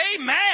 Amen